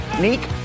Neek